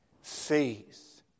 Faith